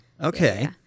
okay